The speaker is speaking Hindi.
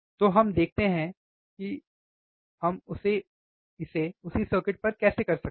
तो हम देखते हैं कि हम इसे उसी सर्किट पर कैसे कर सकते हैं